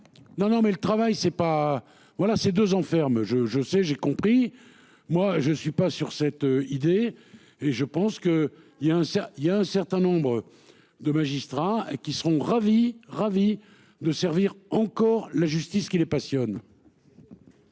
Non non mais le travail c'est pas voilà c'est 2 ans ferme. Je je sais j'ai compris, moi je suis pas sur cette idée, et je pense que il y a un, ça il y a un certain nombre de magistrats qui seront ravis ravis de servir encore la justice qui les passionne.